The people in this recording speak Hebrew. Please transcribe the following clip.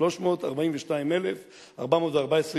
342,414 יהודים.